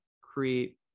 create